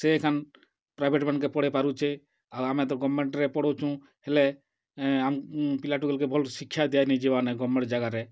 ସେ ଏଖେନ୍ ପ୍ରାଇଭେଟ୍ ମାନ୍କେ ପଢ଼େଇ ପାରୁଛେ ଆଉ ଆମେ ତ ଗଭ୍ମେଣ୍ଟ୍ ରେ ପଢ଼ଉଛୁଁ ହେଲେ ପିଲା ଟୁକେଲ୍କେ ଭଲ୍ ଶିକ୍ଷା ନାଇଁ ଦିଆଯିବାର୍ ନାଇଁ ଗଭ୍ମେଣ୍ଟ୍ ଜାଗାରେ